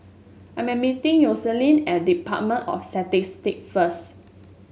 I am meeting Yoselin at Department of Statistics first